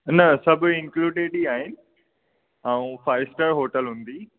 न सभु इन्कलुटेड ई आहिनि ऐं फाई स्टार होटल हूंदी